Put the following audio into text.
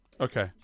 Okay